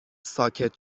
ساکت